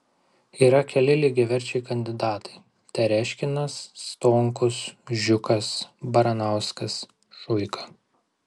yra keli lygiaverčiai kandidatai tereškinas stonkus žiukas baranauskas šuika